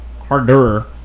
harder